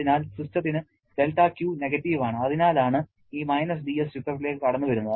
അതിനാൽ സിസ്റ്റത്തിന് δQ negative ആണ് അതിനാലാണ് ഈ -dS ചിത്രത്തിലേക്ക് കടന്നു വരുന്നത്